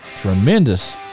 tremendous